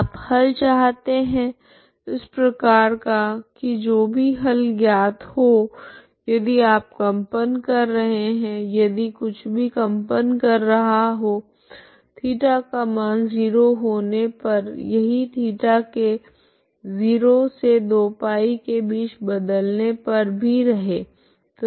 आप हल चाहते है इस प्रकार का की जो भी हल ज्ञात हो यदि आप कंपन कर रहे है यदि कुछ भी कंपन कर रहा हो थीटा का मान 0 होने पर यही थीटा के 0 से 2 π के बीच बदलने पर भी रहे